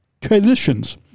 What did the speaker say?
transitions